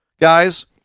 guys